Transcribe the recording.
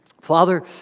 Father